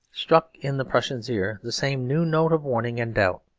struck in the prussian's ear the same new note of warning and doubt.